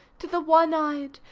to the one-eyed!